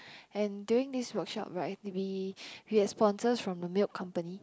and during this workshop right we we had sponsors from the milk company